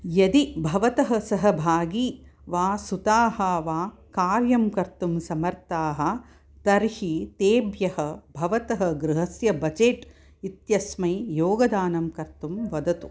यदि भवतः सहभागी वा सुताः वा कार्यं कर्तुं समर्थाः तर्हि तेभ्यः भवतः गृहस्य बजेट् इत्यस्मै योगदानं कर्तुं वदतु